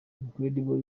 incredible